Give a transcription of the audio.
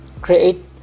create